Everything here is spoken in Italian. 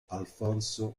alfonso